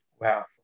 Wow